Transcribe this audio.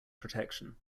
protection